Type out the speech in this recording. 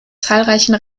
zahlreichen